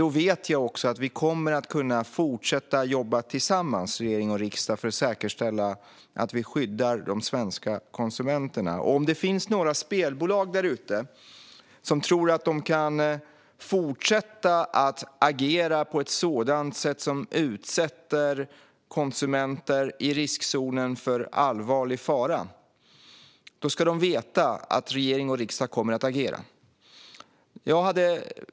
Då vet jag att vi i regering och riksdag kommer att kunna fortsätta att jobba tillsammans för att säkerställa att vi skyddar de svenska konsumenterna. Om det finns några spelbolag där ute som tror att de kan fortsätta att agera på ett sätt som utsätter konsumenter i riskzonen för allvarlig fara ska de veta att regering och riksdag i så fall kommer att agera.